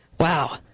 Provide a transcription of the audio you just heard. Wow